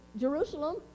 jerusalem